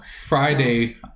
Friday